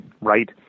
right